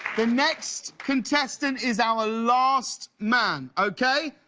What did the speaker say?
the next contestant is our last man. okay?